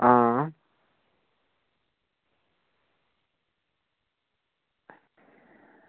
आं